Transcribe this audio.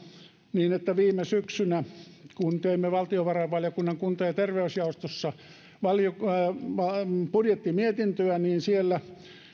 niin että viime syksynä kun teimme valtiovarainvaliokunnan kunta ja terveysjaostossa budjettimietintöä siellä